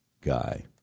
guy